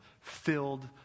filled